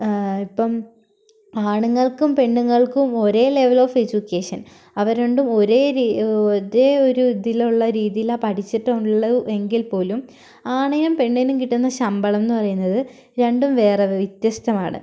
ഇപ്പം ആണുങ്ങൾക്കും പെണ്ണുങ്ങൾക്കും ഒരേ ലെവൽ ഓഫ് എഡ്യുക്കേഷൻ അവർ രണ്ടും ഒരേ ഒരേ ഒരിതിലുള്ള രീതിയിലാണ് പഠിച്ചിട്ടുള്ളൂ എങ്കിൽപ്പോലും ആണിനും പെണ്ണിനും കിട്ടുന്ന ശമ്പളം എന്നു പറയുന്നത് രണ്ടും വേറെ വ്യത്യസ്തമാണ്